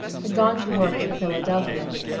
had gone to work in philadelphia.